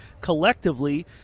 collectively